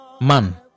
man